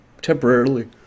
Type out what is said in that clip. temporarily